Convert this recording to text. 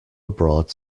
abroad